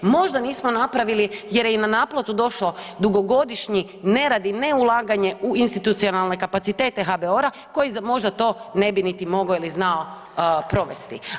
Možda nismo napravili jer je i na naplatu došao dugogodišnji nerad i neulaganje u institucionalne kapacitete HBOR-a koji možda to ne bi niti mogao ili znao provesti.